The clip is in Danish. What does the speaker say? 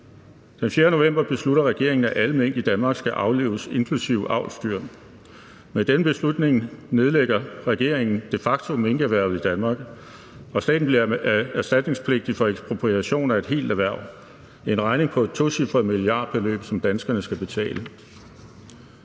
Den 4. november beslutter regeringen, at alle mink i Danmark skal aflives, inklusive avlsdyr. Med denne beslutning nedlægger regeringen de facto minkerhvervet i Danmark, og staten bliver erstatningspligtig for ekspropriation af et helt erhverv, en regning på et tocifret milliardbeløb, som danskerne skal betale.